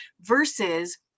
versus